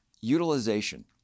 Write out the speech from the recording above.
utilization